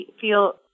feel